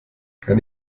kann